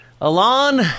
Alon